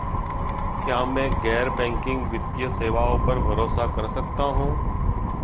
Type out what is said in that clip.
क्या मैं गैर बैंकिंग वित्तीय सेवाओं पर भरोसा कर सकता हूं?